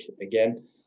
again